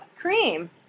Cream